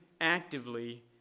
actively